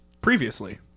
previously